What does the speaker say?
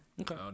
Okay